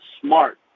smart